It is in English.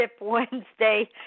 Wednesday